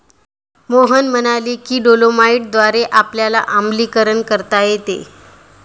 मोहन म्हणाले की डोलोमाईटद्वारे आपल्याला आम्लीकरण करता येते